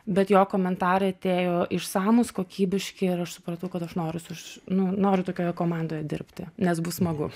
bet jo komentarai atėjo išsamūs kokybiški ir aš supratau kad aš noriu suš nu noriu tokioje komandoje dirbti nes bus smagu